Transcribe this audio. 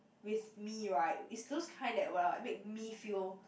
with me right is those kind that will like make me feel